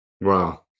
Wow